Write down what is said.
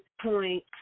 point